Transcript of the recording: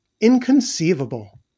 inconceivable